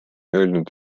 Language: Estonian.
öelnud